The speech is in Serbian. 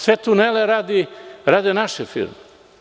Sve tunele rade naše firme.